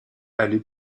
aller